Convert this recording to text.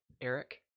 Eric